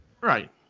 Right